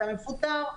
אתה מפוטר,